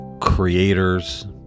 creators